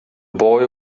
boy